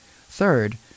Third